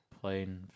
playing